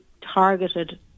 targeted